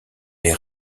les